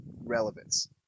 relevance